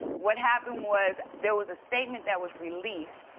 what happened was there was a statement that was released,